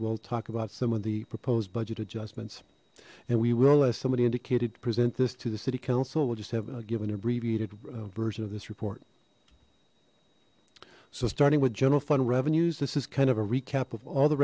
we'll talk about some of the proposed budget adjustments and we will ask somebody indicated to present this to the city council we'll just have a give an abbreviated version of this report so starting with general fund revenues this is kind of a recap of all the